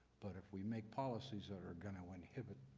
but if we make policies that are going to inhibit